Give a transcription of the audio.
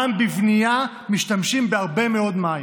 גם בבנייה משתמשים בהרבה מאוד מים.